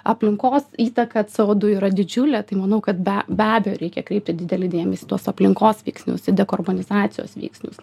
aplinkos įtaka co du yra didžiulė tai manau kad be be abejo reikia kreipti didelį dėmesį tos aplinkos veiksnius dekarbonizacijos veiksnius